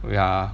ya